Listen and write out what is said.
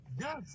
Yes